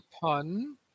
pun